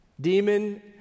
demon